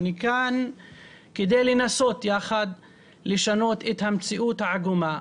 אני כאן כדי לנסות יחד לשנות את המציאות העגומה,